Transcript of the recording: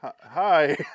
hi